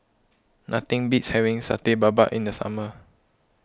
nothing beats having Satay Babat in the summer